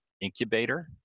incubator